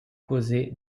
causer